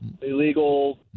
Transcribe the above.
illegal